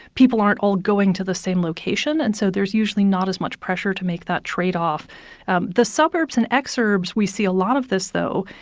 people aren't all going to the same location, and so there's usually not as much pressure to make that trade-off um the suburbs and exurbs we see a lot of this, though.